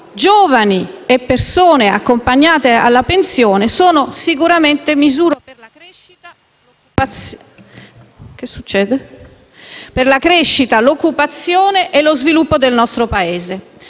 giovani e persone accompagnate alla pensione sono sicuramente misure per la crescita, l'occupazione e lo sviluppo del nostro Paese.